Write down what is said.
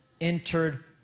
entered